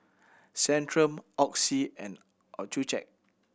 Centrum Oxy and Accucheck